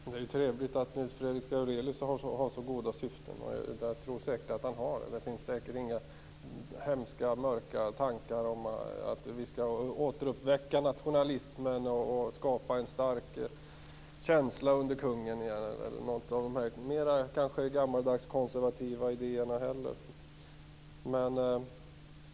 Fru talman! Det är ju trevligt att Nils Fredrik Aurelius har så goda syften, och jag tror säkert att han har det. Det finns säkert inga hemska, mörka tankar om att vi skall återuppväcka nationalismen och skapa en stark känsla för kungen. Det är kanske mer av gammaldags konservativa idéer.